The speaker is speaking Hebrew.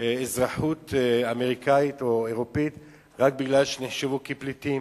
אזרחות אמריקנית או אירופית רק כי נחשבו כפליטים.